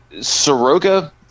Soroka